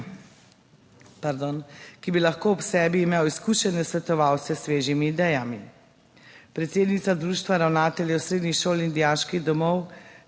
ki bi lahko ob sebi imel izkušene svetovalce s svežimi idejami? Predsednica društva ravnateljev srednjih šol in dijaških domov